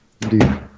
Indeed